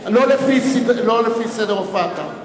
לא לפי סדר הופעתם.